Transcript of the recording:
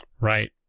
Right